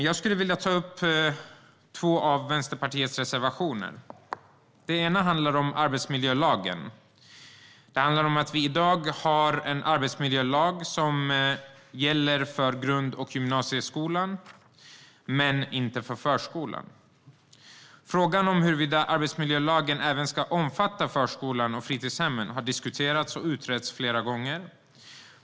Jag skulle vilja ta upp två av Vänsterpartiets reservationer. Den ena handlar om arbetsmiljölagen. Det handlar om att vi i dag har en arbetsmiljölag som gäller för grund och gymnasieskolan men inte för förskolan. Frågan om huruvida arbetsmiljölagen även ska omfatta förskolan och fritidshemmen har diskuterats och utretts flera gånger.